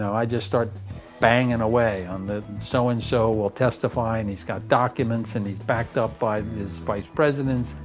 i just start banging away on the so and so will testify and he's got documents and he's backed up by his vice presidents.